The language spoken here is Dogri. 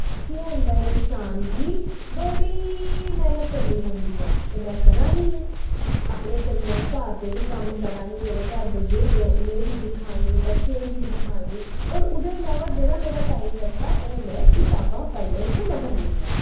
केह् होंदा ऐ इंसान गी बड़ी मेह्नत करनी पौंदी ऐ ते में करै नी आं अपने कन्नै घर दे बी कम्म करा नी मेरे घर बजुर्ग उनेंगी बी दिक्खा नी बच्चें गी बी दिक्खा नी होर ओह्दे अलावा जेह्ड़ा मेरा टाइम बचदा ओह् में कताबां पढ़ने च लगान्नी आं